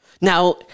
Now